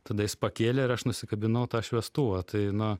tada jis pakėlė ir aš nusikabinau tą šviestuvą tai na